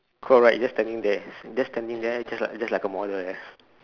correct just standing there just standing just like just like a model like that ah